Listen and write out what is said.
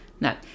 No